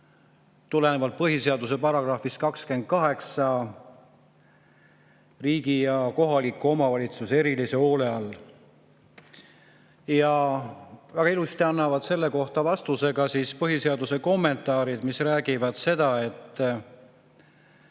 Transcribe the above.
tulenevalt põhiseaduse §‑st 28 riigi ja kohaliku omavalitsuse erilise hoole all. Väga ilusti annavad selle kohta vastuse ka põhiseaduse kommentaarid, mis räägivad sellest,